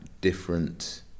different